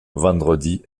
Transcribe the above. vendredi